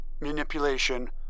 Manipulation